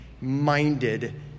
minded